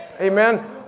Amen